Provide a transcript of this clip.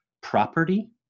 property